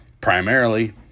primarily